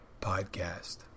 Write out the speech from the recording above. podcast